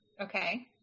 okay